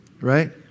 right